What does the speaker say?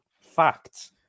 facts